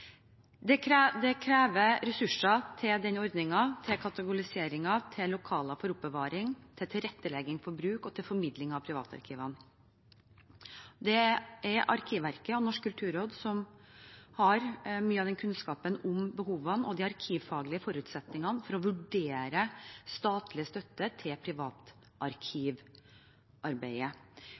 Det kreves ressurser til denne ordningen, til katalogiseringen, til lokaler for oppbevaring, til tilrettelegging for bruk og til formidling av privatarkivene. Det er Arkivverket og Norsk kulturråd som har mye av den kunnskapen om behovene og de arkivfaglige forutsetningene for å vurdere statlig støtte til privatarkivarbeidet.